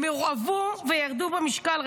הם הורעבו וירדו במשקל.